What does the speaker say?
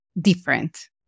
different